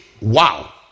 Wow